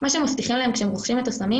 מה שמבטיחים להם כשהם רוכשים את הסמים